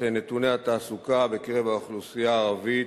נתוני התעסוקה בקרב האוכלוסייה הערבית,